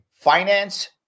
finance